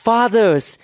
Fathers